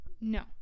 No